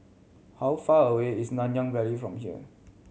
how far away is Nanyang Valley from here